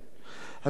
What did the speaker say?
הטיפול התרופתי,